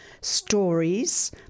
stories